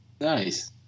Nice